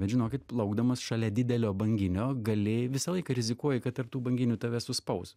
bet žinokit plaukdamas šalia didelio banginio gali visą laiką rizikuoji kad tarp tų banginių tave suspaus